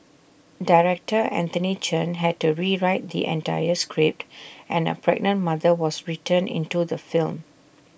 Director Anthony Chen had to rewrite the entire script and A pregnant mother was written into the film